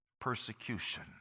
Persecution